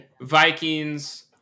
Vikings